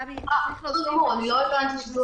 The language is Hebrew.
למה אני אומר את זה?